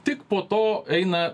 tik po to eina